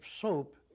soap